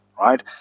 right